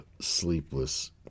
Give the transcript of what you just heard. sleepless